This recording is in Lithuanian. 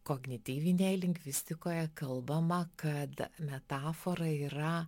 kognityvinėj lingvistikoje kalbama kad metafora yra